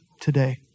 today